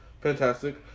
Fantastic